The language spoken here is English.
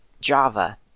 Java